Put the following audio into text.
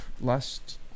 last